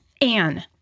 Anne